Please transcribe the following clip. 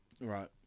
Right